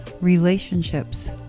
relationships